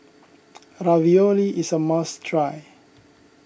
Ravioli is a must try